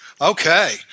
Okay